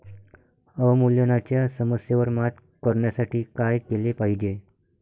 अवमूल्यनाच्या समस्येवर मात करण्यासाठी काय केले पाहिजे?